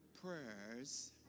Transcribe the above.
prayers